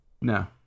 no